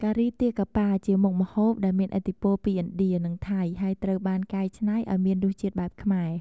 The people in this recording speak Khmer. ការីទាកាប៉ា ជាមុខម្ហូបដែលមានឥទ្ធិពលពីឥណ្ឌា និងថៃ ហើយត្រូវបានកែច្នៃឱ្យមានរសជាតិបែបខ្មែរ។